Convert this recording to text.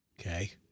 Okay